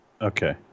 Okay